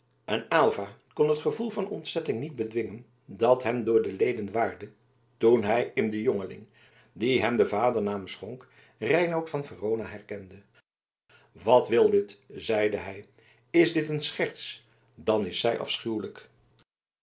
en aylva kon het gevoel van ontzetting niet bedwingen dat hem door de leden waarde toen hij in den jongeling die hem den vadernaam schonk reinout van verona herkende wat wil dit zeide hij is dit een scherts dan is zij afschuwelijk